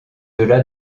delà